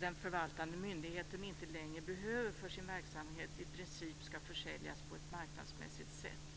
den förvaltande myndigheten inte längre behöver för sin verksamhet i princip ska försäljas på ett marknadsmässigt sätt.